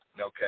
Okay